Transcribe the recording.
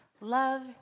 Love